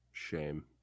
Shame